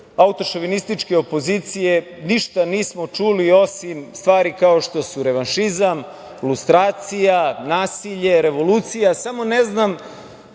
autošovinističke opozicije ništa nismo čuli, osim stvari kao što su revanšizam, lustracija, nasilje, revolucija, samo ne znam